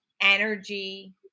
energy